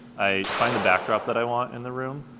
i find the backdrop that i want in the room,